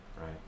right